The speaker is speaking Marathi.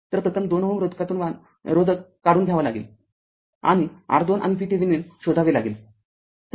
तर प्रथम २ Ω रोधक काढून घ्यावा लागेल आणि R२ आणि VThevenin शोधावे लागेल